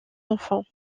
enfants